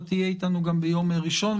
תהיה אתנו גם ביום ראשון,